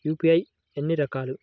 UPI ఎన్ని రకాలు?